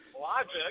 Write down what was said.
logic